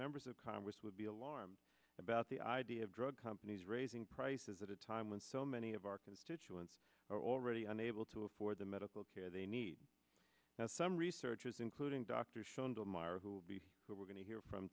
members of congress would be alarmed about the idea of drug companies raising prices at a time when so many of our constituents are already unable to afford the medical care they need now some researchers including dr shown tomorrow who will be what we're going to hear from